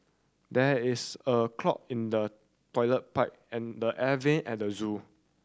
there is a clog in the toilet pipe and the air vent at the zoo